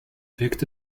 wirkte